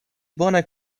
bone